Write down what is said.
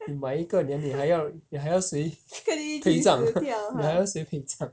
你买一个 then 你还要你还要谁陪葬你还要谁陪葬